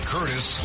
Curtis